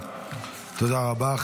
תודה רבה.